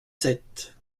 sept